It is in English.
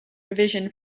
revision